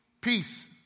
Peace